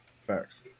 Facts